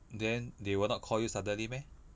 then they will not call you suddenly meh